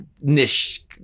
niche